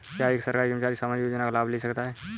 क्या एक सरकारी कर्मचारी सामाजिक योजना का लाभ ले सकता है?